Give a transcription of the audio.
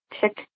tick